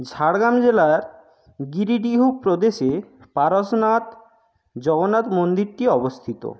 ঝাড়গ্রাম জেলার গিরিডিহু প্রদেশে পারশনাথ জগন্নাথ মন্দিরটি অবস্থিত